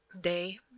day